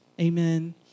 Amen